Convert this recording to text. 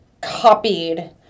copied